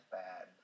bad